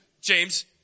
James